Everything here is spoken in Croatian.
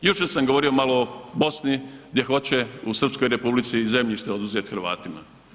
Jučer sam govorio malo o Bosni gdje hoće u Srpskoj Republici zemljište oduzeti Hrvatima.